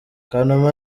kanuma